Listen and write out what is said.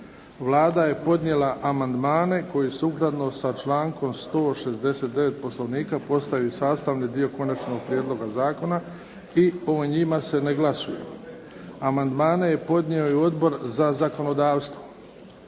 Vlada je podnijela amandmane koji sukladno sa člankom 169. Poslovnika postaju sastavni dio Konačnog prijedloga zakona i o njima se ne glasuje. Amandmane je podnio i Odbor za zakonodavstvo.